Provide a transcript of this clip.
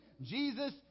Jesus